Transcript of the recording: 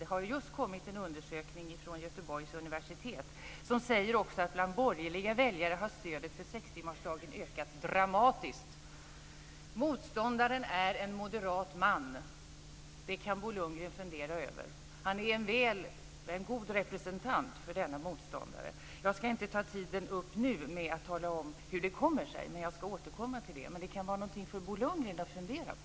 Det har just kommit en undersökning från Göteborgs universitet som säger att stödet för sextimmarsdagen också bland borgerliga väljare har ökat dramatiskt. Motståndaren är en moderat man. Det kan Bo Lundgren fundera över. Han är en god representant för denna motståndare. Jag ska inte nu ta upp tiden med att tala om hur detta kommer sig, men jag ska återkomma till det. Det kan dock vara någonting för Bo Lundgren att fundera på.